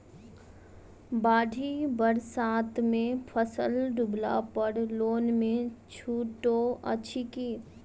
बाढ़ि बरसातमे फसल डुबला पर लोनमे छुटो अछि की